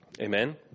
Amen